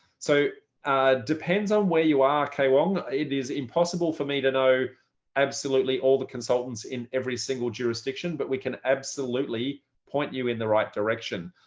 so depends on where you are, kay wong. it is impossible for me to know absolutely all the consultants in every single jurisdiction, but we can absolutely point you in the right direction.